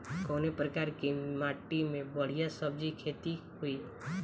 कवने प्रकार की माटी में बढ़िया सब्जी खेती हुई?